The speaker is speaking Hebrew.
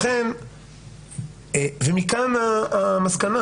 מכאן המסקנה